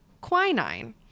quinine